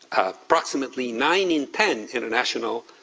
approximately nine in ten international